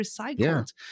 recycled